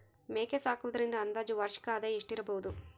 ಮೇಕೆ ಸಾಕುವುದರಿಂದ ಅಂದಾಜು ವಾರ್ಷಿಕ ಆದಾಯ ಎಷ್ಟಿರಬಹುದು?